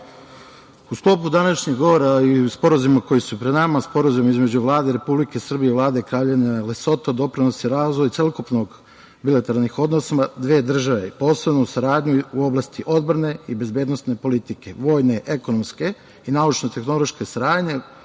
sklopu današnjeg govora i u sporazumima koji su pred nama, Sporazum između Vlade Republike Srbije i Vlade Kraljevine Lesoto doprinosi razvoju celokupnim bilateralnim odnosima dve države, posebno u saradnji u oblasti odbrane i bezbednosne politike, vojne, ekonomske i naučno-tehnološke saradnje,